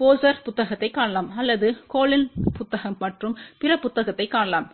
போசார் புத்தகத்தைக் காணலாம் அல்லது கொலின் புத்தகம் மற்றும் பிற புத்தகத்தைக் காணலாம்